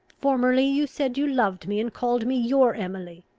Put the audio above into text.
formerly you said you loved me, and called me your emily.